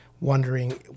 wondering